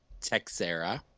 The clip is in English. Texera